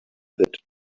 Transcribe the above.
that